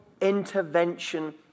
intervention